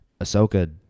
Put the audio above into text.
Ahsoka